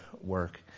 work